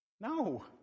No